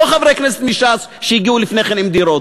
לא חברי כנסת מש"ס, שהגיעו לפני כן עם דירות.